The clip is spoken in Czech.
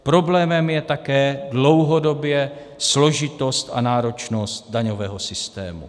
Problémem je také dlouhodobě složitost a náročnost daňového systému.